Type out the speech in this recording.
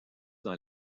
dans